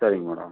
சரிங்க மேடம்